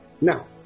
Now